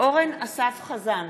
אורן אסף חזן,